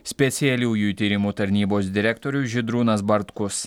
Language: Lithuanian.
specialiųjų tyrimų tarnybos direktorius žydrūnas bartkus